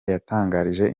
yatangarije